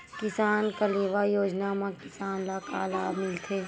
किसान कलेवा योजना म किसान ल का लाभ मिलथे?